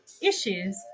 Issues